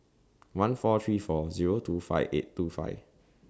one four three four Zero two five eight two five